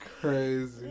crazy